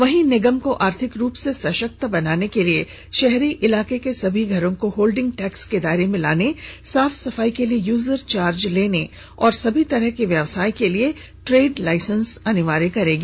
वहीं निगम को आर्थिक रुप से सशक्त बनाने के लिए शहरी इलाके के सभी घरों को होल्डिंग टैक्स के दायरे में लाने साफ सफाई के लिए यूजर चार्ज लेने और सभी तरह के व्यवसाय के लिए ट्रेड लाइसेंस अनिवार्य करेगी